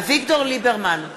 אביגדור ליברמן,